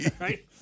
Right